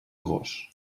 gos